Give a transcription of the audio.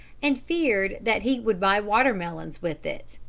and feared that he would buy watermelons with it.